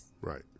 Right